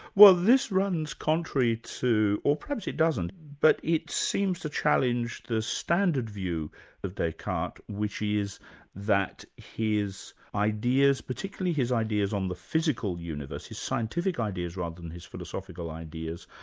well, this runs contrary to, or perhaps it doesn't, but it seems to challenge the standard view of descartes, which is that his ideas, particularly his ideas on the physical universe, his scientific ideas rather than his philosophical ideas,